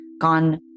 gone